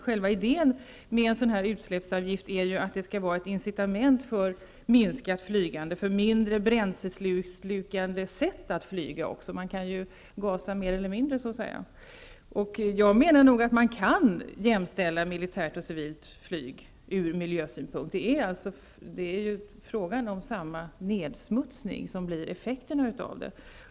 Själva idén skall vara ett incitament för minskat flygande och även för ett mindre bränsleslukande sätt att flyga -- man kan ju så att säga gasa mer eller mindre. Jag menar att man kan jämställa militärt och civilt flyg från miljösynpunkt. Det är samma nedsmutsning som blir effekterna av det.